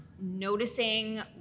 noticing